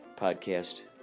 Podcast